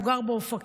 הוא גר באופקים,